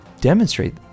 demonstrate